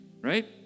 right